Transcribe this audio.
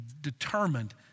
determined